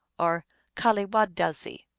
or kaliwahdazi,